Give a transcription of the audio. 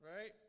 Right